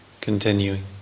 continuing